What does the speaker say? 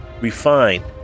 refined